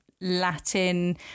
latin